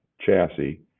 chassis